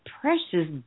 precious